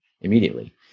immediately